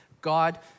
God